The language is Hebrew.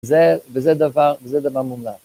זה, וזה דבר, וזה דבר מומלץ.